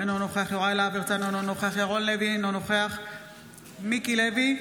אינו נוכח יוסף טייב,